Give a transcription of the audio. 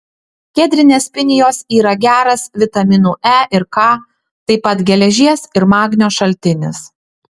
kedrinės pinijos yra geras vitaminų e ir k taip pat geležies ir magnio šaltinis